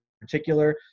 particular